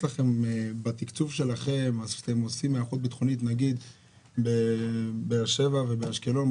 בתקצוב שלכם אתם עושים היערכות ביטחונית נגיד בבאר שבע ובאשקלון,